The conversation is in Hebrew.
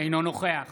אינו נוכח